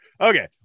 Okay